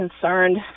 concerned